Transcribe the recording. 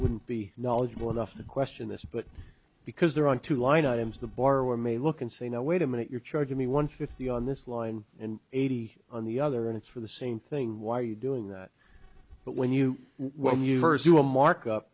wouldn't be knowledgeable enough to question this but because there aren't two line items the borrower may look and say no wait a minute you're charging me one fifty on this line and eighty on the other and it's for the same thing why are you doing that but when you when you first you will mark up